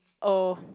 oh